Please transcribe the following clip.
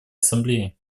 ассамблее